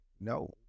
no